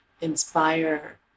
inspire